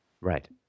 Right